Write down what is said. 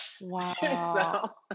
Wow